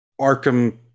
Arkham